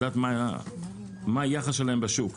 מה היחס שלהם בשוק.